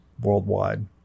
worldwide